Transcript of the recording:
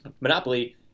Monopoly